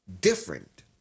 different